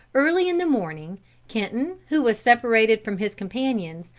early in the morning kenton, who was separated from his companions,